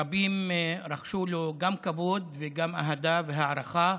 שרבים רחשו לו גם כבוד וגם אהדה והערכה.